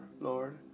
Lord